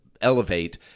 elevate